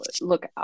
look